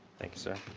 thank you sir,